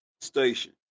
station